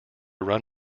run